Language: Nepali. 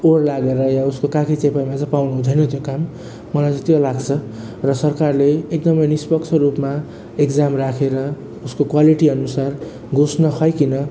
को लागेर वा उसको काखी चेपाइमा चाहिँ पाउनु हुँदैन त्यो काम मलाई त त्यो लाग्छ र सरकारले एकदमै निष्पक्ष रूपमा इक्जाम राखेर उसको क्वालिटी अनुसार घुस नखुवाईकन